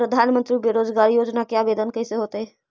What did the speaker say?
प्रधानमंत्री बेरोजगार योजना के आवेदन कैसे होतै?